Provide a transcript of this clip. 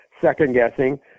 second-guessing